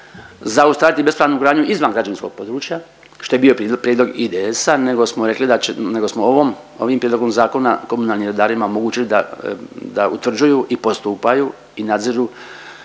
zaustaviti bespravnu gradnju izvan građevinskog područja što je bio prijedlog IDS-a nego smo rekli da će, nego smo ovim prijedlogom zakona komunalnim redarima omogućili da utvrđuju i postupaju i nadziru